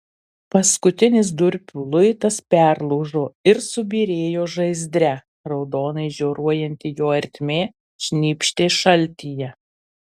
paskutinis durpių luitas perlūžo ir subyrėjo žaizdre raudonai žioruojanti jo ertmė šnypštė šaltyje